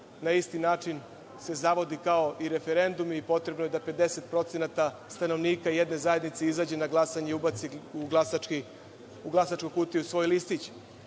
na isti način zavodi kao i referendum i potrebno je da 50% stanovnika jedne zajednice izađe na glasanje i ubaci u glasačku kutiju svoj listić.